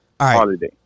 holiday